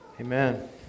Amen